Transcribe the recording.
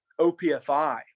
OPFI